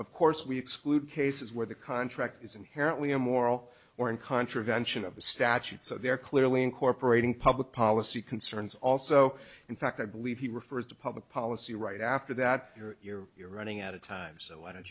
of course we exclude cases where the contract is inherently immoral or in contravention of the statute so they're clearly incorporating public policy concerns also in fact i believe he refers to public policy right after that you're you're you're running out of time so why don't